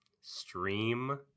Stream